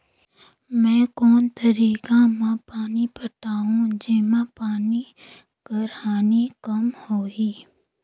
मैं कोन तरीका म पानी पटाहूं जेमा पानी कर हानि कम होही?